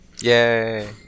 Yay